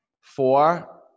Four